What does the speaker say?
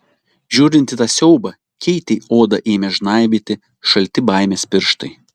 žiūrint į tą siaubą keitei odą ėmė žnaibyti šalti baimės pirštai